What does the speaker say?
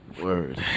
Word